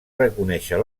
reconèixer